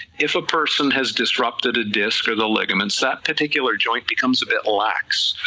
if a person has disrupted a disc or the ligaments, that particular joint becomes a bit lax,